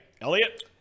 Elliot